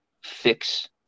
fix